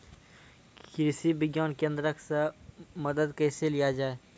कृषि विज्ञान केन्द्रऽक से मदद कैसे लिया जाय?